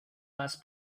más